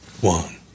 One